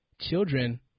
children